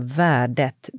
värdet